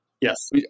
yes